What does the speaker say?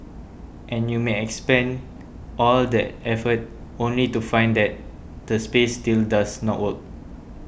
and you may expend all that effort only to find that the space still does not work